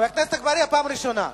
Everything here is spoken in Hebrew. חבר הכנסת אגבאריה, פעם ראשונה.